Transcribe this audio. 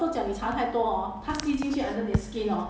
擦脸 ya